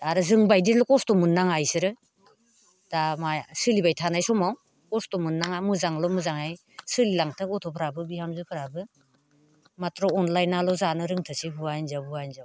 आरो जोंबायदिल' खस्थ' मोननाङा बिसोरो दा सोलिबाय थानाय समाव खस्थ' मोननाङा मोजांल' मोजाङै सोलिलांथों गथ'फोराबो बिहामजोफोराबो माथ्र' अनज्लाइनाल' जानो रोंथोंसै हौवा हिन्जाव हौवा हिन्जाव